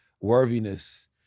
worthiness